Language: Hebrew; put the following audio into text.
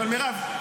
אבל מירב,